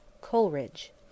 Coleridge